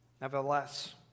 Nevertheless